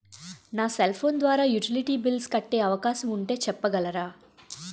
నా cell phone ద్వారా utility bills కట్టే అవకాశం ఉంటే చెప్పగలరా?